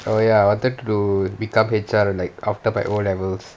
oh ya I wanted to become H_R like after my O levels